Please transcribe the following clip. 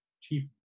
chief